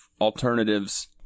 alternatives